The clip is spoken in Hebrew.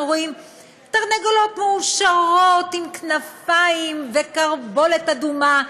אנחנו רואים תרנגולות מאושרות עם כנפיים וכרבולת אדומה,